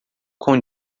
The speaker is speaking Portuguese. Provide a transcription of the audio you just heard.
com